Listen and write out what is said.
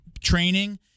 training